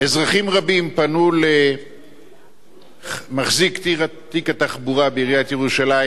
אזרחים רבים פנו למחזיק תיק התחבורה בעיריית ירושלים,